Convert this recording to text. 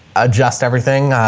adjust everything.